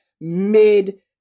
mid